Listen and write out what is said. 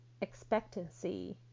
expectancy